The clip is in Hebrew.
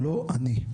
לא אני.